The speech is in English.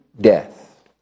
death